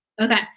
Okay